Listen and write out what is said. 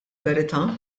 verità